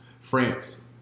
France